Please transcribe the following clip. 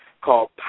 called